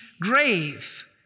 grave